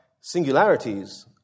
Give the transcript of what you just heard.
singularities